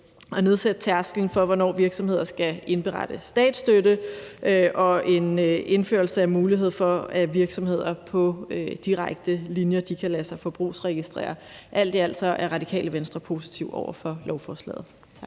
nedsætte tærsklen for, hvornår virksomheder skal indberette statsstøtte, og indførelse af muligheden for, at virksomheder på direkte linjer kan lade sig forbrugsregistrere. Alt i alt er Radikale Venstre positive over for lovforslaget.